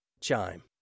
Chime